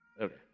Okay